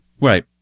Right